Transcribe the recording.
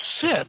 sit